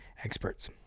experts